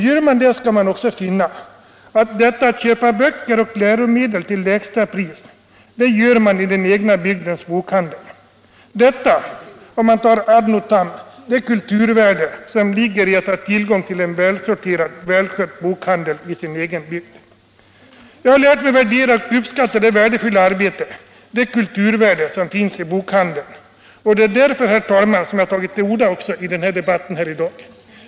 Gör man det skall man också finna, att inköp av böcker och läromedel till lägsta pris sker i den egna bokhandeln, nämligen om man tar ad notam det kulturvärde som ligger i att ha tillgång till en välsorterad och välskött bokhandel i sin egen bygd. Jag har lärt mig värdera och uppskatta det betydelsefulla arbete och det kulturvärde som bokhandeln står för, och det är därför, herr talman, som jag har tagit till orda i debatten här i dag.